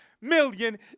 million